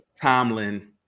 Tomlin